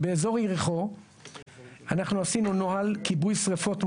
באזור יריחו עשינו נוהל כיבוי שרפות מהיר.